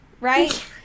right